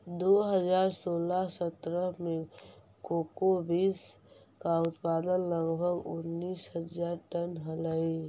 दो हज़ार सोलह सत्रह में कोको बींस का उत्पादन लगभग उनीस हज़ार टन हलइ